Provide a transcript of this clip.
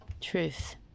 truth